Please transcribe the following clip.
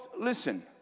listen